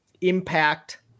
impact